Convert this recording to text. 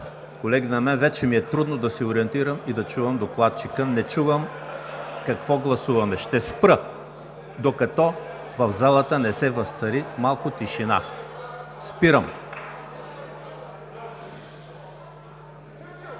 Колеги, на мен вече ми е трудно да се ориентирам и да чувам докладчика – не чувам какво гласуваме. Ще спра, докато в залата не се възцари малко тишина. Спирам.